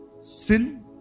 Sin